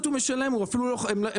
4 התחברו.